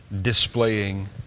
displaying